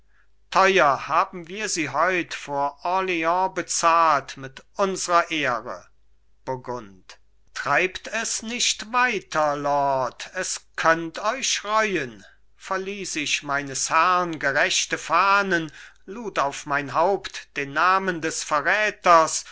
teuer haben wir sie heut vor orleans bezahlt mit unsrer ehre burgund treibt es nicht weiter lord es könnt euch reuen verließ ich meines herrn gerechte fahnen lud auf mein haupt den namen des verräters